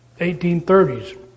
1830s